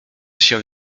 się